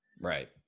right